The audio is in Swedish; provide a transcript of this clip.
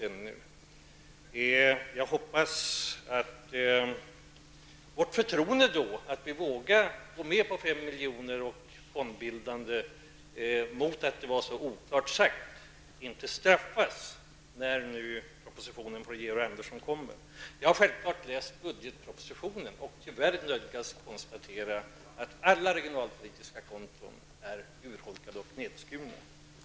Jag hoppas att vårt förtroende för att gå med på fem miljarder och fondbildande, med tanke på att det var så oklart uttalat, inte straffas när nu propositionen från Georg Andersson kommer. Jag har självfallet läst budgetpropositionen och har tyvärr nödgats konstatera att alla regionalpolitiska konton är urholkade och nedskurna.